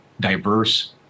diverse